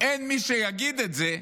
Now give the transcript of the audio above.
אין מי שיגיד את זה.